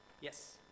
yes